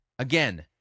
Again